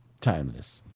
Timeless